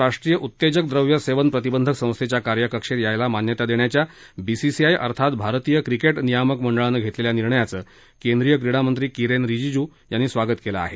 नाडा म्हणजेच राष्ट्रीय उत्तेजक द्रव्य सेवन प्रतिबंधक संस्थेच्या कार्यकक्षेत यायला मान्यता देण्याच्या बीसीसाय अर्थात भारतीय क्रिकेट नियामक मंडळानं घेतलेल्या निर्णयाचं केंद्रीय क्रीडामंत्री किरेन रिजिजू यांनी स्वागत केलं आहे